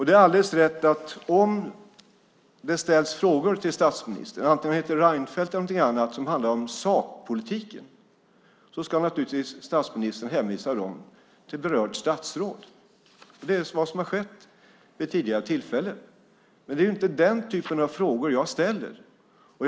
Det är alldeles rätt att om det ställs frågor till statsministern, om han heter Reinfeldt eller något annat, som handlar om sakpolitiken ska naturligtvis statsministern hänvisa dem till berört statsråd. Det är vad som har skett vid tidigare tillfällen. Men det är inte den typen av frågor jag talar om.